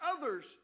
others